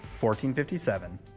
1457